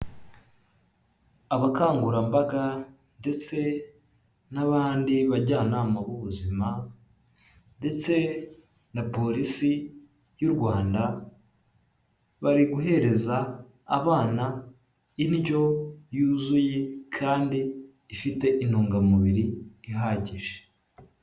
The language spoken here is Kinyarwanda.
Abakangurambaga ndetse n'abandi bajyanama b'ubuzima, ndetse na polisi y'u Rwanda, bari guhereza abana indyo yuzuye, kandi ifite intungamubiri ihagije.